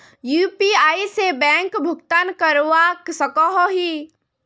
UPI से bank भुगतान करवा सकोहो ही?